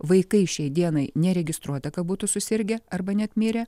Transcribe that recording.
vaikai šiai dienai neregistruota kad būtų susirgę arba net mirę